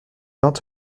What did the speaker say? vingt